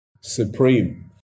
supreme